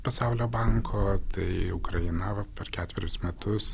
pasaulio banko tai ukraina va per ketverius metus